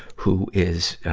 who is, ah,